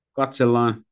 katsellaan